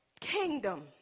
kingdom